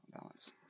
balance